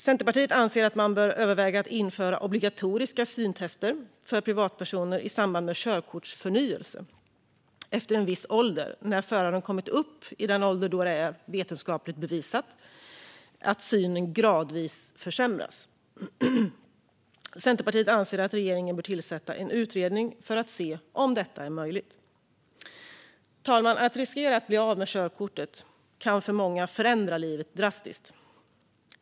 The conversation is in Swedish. Centerpartiet anser att man bör överväga att införa obligatoriska syntester för privatpersoner i samband med körkortsförnyelse när föraren har kommit upp i en ålder då det är vetenskapligt bevisat att synen gradvis försämras. Centerpartiet anser att regeringen bör tillsätta en utredning för att se om detta är möjligt. Fru talman! Att riskera att bli av med körkortet kan för många förändra livet drastiskt.